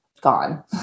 gone